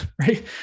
right